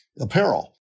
apparel